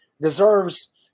deserves